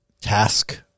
task –